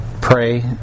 pray